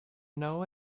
know